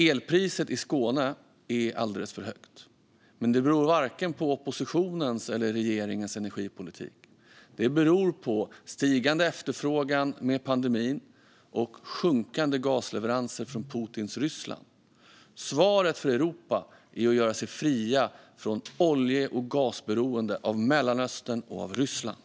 Elpriset i Skåne är alldeles för högt. Detta beror dock inte på oppositionens eller regeringens energipolitik, utan det beror på stigande efterfrågan i och med pandemin och på sjunkande gasleveranser från Putins Ryssland. Svaret för Europa är att göra sig fritt från olje och gasberoende av Mellanöstern och Ryssland.